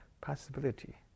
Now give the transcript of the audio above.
possibility